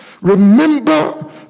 remember